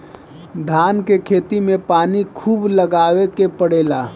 धान के खेत में पानी खुब लगावे के पड़ेला